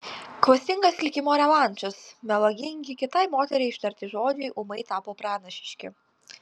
klastingas likimo revanšas melagingi kitai moteriai ištarti žodžiai ūmai tapo pranašiški